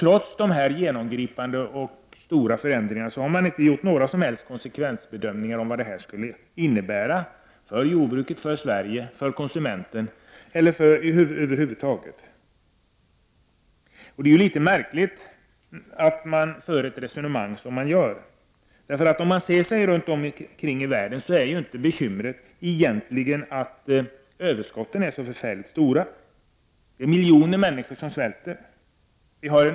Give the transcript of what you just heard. Trots dessa genomgripande stora förändringar har man inte gjort några som helst konsekvensbedömningar över vad detta skulle innebära för jordbruket, för Sverige och för konsumenterna. Det är litet märkligt att man för det resonemang som man gör. Om man tittar sig omkring i världen, finner man ju att bekymret egentligen inte är att överskotten är så stora. Miljoner människor svälter.